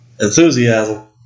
enthusiasm